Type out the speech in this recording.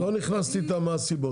לא נכנסתי איתם מה הסיבות.